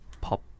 pop